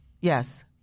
yes